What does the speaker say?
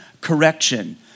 correction